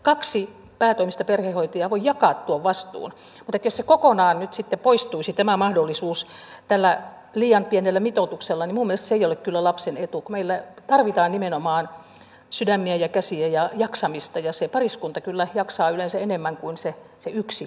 kaksi päätoimista perhehoitajaa voi jakaa tuon vastuun mutta jos kokonaan nyt poistuisi tämä mahdollisuus tällä liian pienellä mitoituksella niin minun mielestäni se ei ole kyllä lapsen etu kun meillä tarvitaan nimenomaan sydämiä ja käsiä ja jaksamista ja se pariskunta kyllä jaksaa yleensä enemmän kuin se yksi perhehoitaja